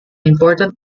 important